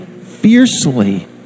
fiercely